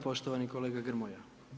Poštovani kolega Grmoja.